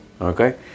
okay